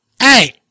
Hey